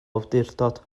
awdurdod